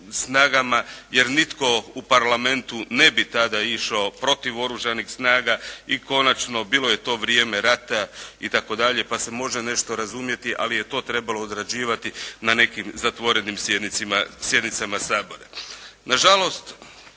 snagama, jer nitko u Parlamentu ne bi tada išao protiv Oružanih snaga i konačno bilo je to vrijeme rata itd. pa se može nešto razumjeti. Ali je to trebalo odrađivati na nekim zatvorenim sjednicama Sabora.